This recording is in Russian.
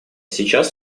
сейчас